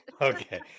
Okay